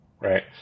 Right